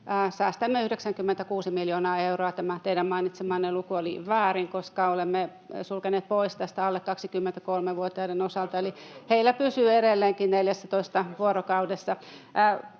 säästämme 96 miljoonaa euroa. Tämä teidän mainitsemanne luku oli väärin, koska olemme sulkeneet pois tästä alle 23-vuotiaat, eli heillä pysyy edelleenkin 14 vuorokaudessa.